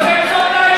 בבקשה,